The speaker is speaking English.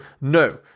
no